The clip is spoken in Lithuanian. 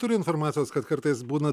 turiu informacijos kad kartais būna